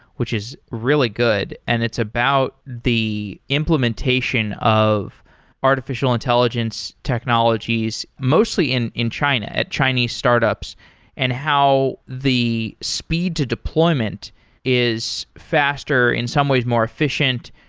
which is really good and it's about the implementation of artificial intelligence technologies, mostly in in china, at chinese startups and how the speed to deployment is faster, in some ways more efficient,